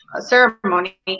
ceremony